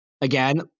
again